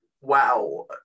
wow